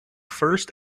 first